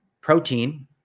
protein